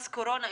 מס קורונה.